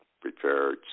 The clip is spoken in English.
prepared